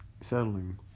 settling